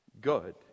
good